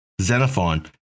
Xenophon